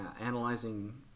analyzing